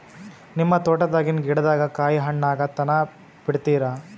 ನಿಮ್ಮ ತೋಟದಾಗಿನ್ ಗಿಡದಾಗ ಕಾಯಿ ಹಣ್ಣಾಗ ತನಾ ಬಿಡತೀರ?